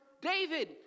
David